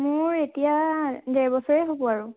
মোৰ এতিয়া ডেৰবছৰে হ'ব আৰু